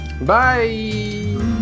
Bye